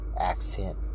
accent